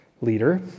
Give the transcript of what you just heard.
leader